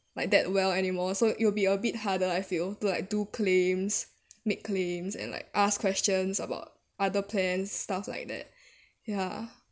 like that well anymore so it will be a bit harder I feel to like do claims make claim sand like ask questions about other plans stuff like that ya